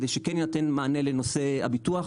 כדי שכן יינתן מענה לנושא הביטוח,